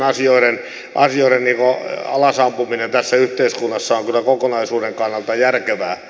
tämäntyyppisten asioiden alasampuminen tässä yhteiskunnassa on kyllä kokonaisuuden kannalta järkevää